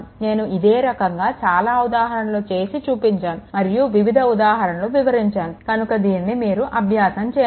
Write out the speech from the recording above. నేను ఇదే రకంగా ఉన్న చాలా ఉదాహరణలు చేసి చూపించాను మరియు వివిధ ఉదాహరణలు వివరించాను కనుక దీనిని మీరు అభ్యాసం చేయండి